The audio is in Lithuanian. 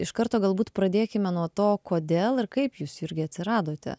iš karto galbūt pradėkime nuo to kodėl ir kaip jūs jurgi atsiradote